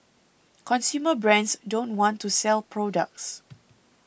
consumer brands don't want to sell products